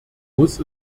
muss